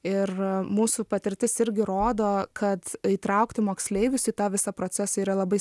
ir mūsų patirtis irgi rodo kad įtraukti moksleivius į tą visą procesą yra labai